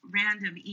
random